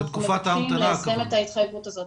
אנחנו מבקשים ליישם את ההתחייבות הזאת.